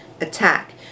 attack